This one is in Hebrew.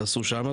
תעשו שם,